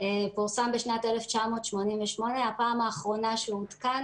פורסם בשנת 1988. הפעם האחרונה שהוא עודכן